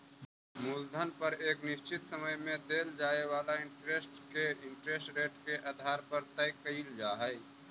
मूलधन पर एक निश्चित समय में देल जाए वाला इंटरेस्ट के इंटरेस्ट रेट के आधार पर तय कईल जा हई